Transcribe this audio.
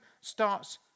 starts